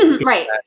Right